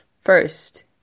First